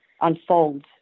unfolds